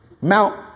Mount